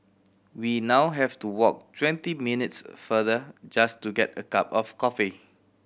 we now have to walk twenty minutes farther just to get a cup of coffee